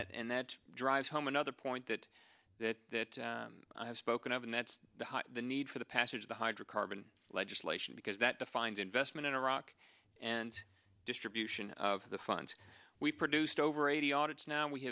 that and that drives home another point that that that i have spoken of and that's the need for the passage of the hydrocarbon legislation because that defines investment in iraq and distribution of the funds we produced over eighty audit's now we